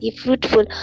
fruitful